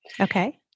Okay